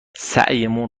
سعیمون